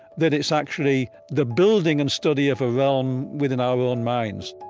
that it's actually the building and study of a realm within our own minds